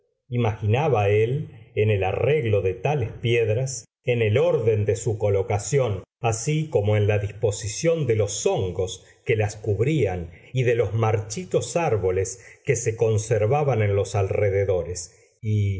imaginaba él en el arreglo de tales piedras en el orden de su colocación así como en la disposición de los hongos que las cubrían y de los marchitos árboles que se conservaban en los alrededores y